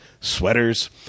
sweaters